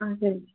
ஆ சரிங்க